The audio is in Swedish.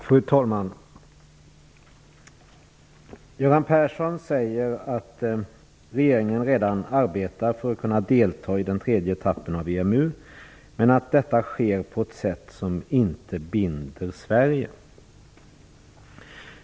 Fru talman! Göran Persson säger att regeringen redan arbetar för att Sverige skall kunna delta i den tredje etappen av EMU, men att detta sker på ett sätt som inte binder Sverige.